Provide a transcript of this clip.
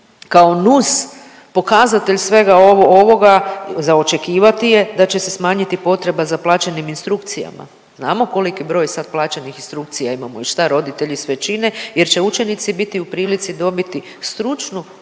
kao nus pokazatelj svega ovoga za očekivati je da će se smanjiti potreba za plaćenim instrukcijama. Znamo koliki broj sad plaćenih instrukcija imamo i šta roditelji sve čine jer će učenici biti u prilici dobiti stručnu pomoć